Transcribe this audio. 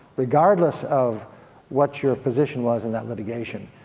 regardless of what your position was in that litigation,